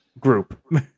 Group